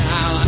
Now